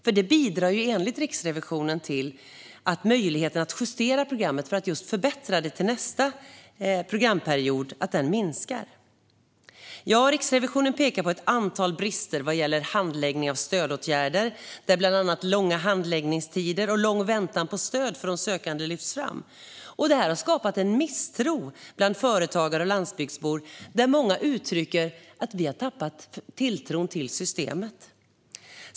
Detta bidrar enligt Riksrevisionen till att möjligheten att justera programmet för att förbättra det till nästa programperiod minskar. Ja, Riksrevisionen pekar på ett antal brister vad gäller handläggning av stödåtgärder. Bland annat långa handläggningstider och lång väntan på stöd för de sökande lyfts fram. Det har skapat en misstro bland företagare och landsbygdsbor. Många uttrycker: Vi har tappat tilltron till systemet.